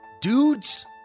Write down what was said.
dudes